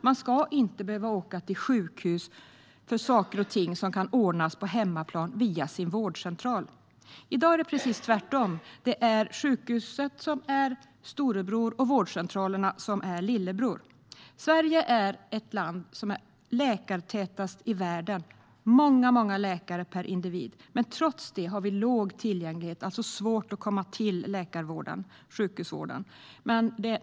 Man ska inte behöva åka till sjukhus för saker och ting som kan ordnas på hemmaplan via vårdcentralen. I dag är det precis tvärtom: Det är sjukhusen som är storebror och vårdcentralerna som är lillebror. Sverige är ett av de mest läkartäta länderna i världen - här finns många läkare per individ - men trots det har vi låg tillgänglighet, alltså svårt att komma till läkare och få sjukhusvård.